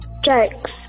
Jokes